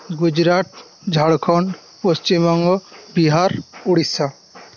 Gujarat Jharkhand Paschimbanga Bihar Orissa